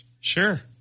Sure